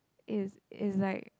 it's it's like